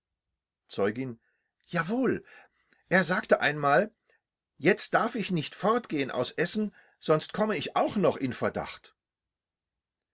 zeugin jawohl er sagte einmal jetzt darf ich nicht fortgehen aus essen sonst komme ich auch noch in verdacht